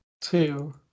two